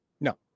No